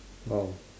oh